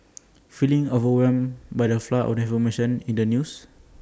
feeling overwhelmed by the flood of information in the news